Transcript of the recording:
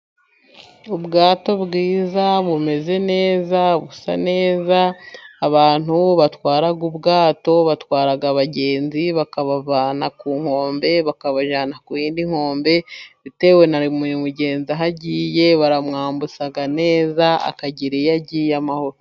Ubwato bwiza bumeze neza ,busa neza ,abantu batwara ubwato batwara abagenzi, bakabavana ku nkombe bakabajyana ku yindi nkombe ,bitewe na buri mugenzi aho agiye ,bamwambutsa neza akagira iyo agiye y'amahoro.